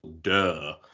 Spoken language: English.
duh